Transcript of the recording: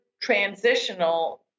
transitional